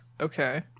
Okay